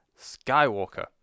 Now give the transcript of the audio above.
Skywalker